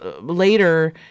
later